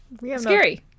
scary